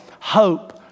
hope